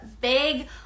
big